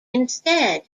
instead